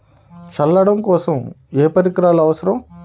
చల్లడం కోసం ఏ పరికరాలు అవసరం?